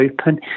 open